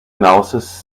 analysis